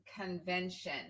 convention